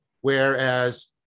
Whereas